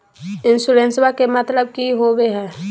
इंसोरेंसेबा के मतलब की होवे है?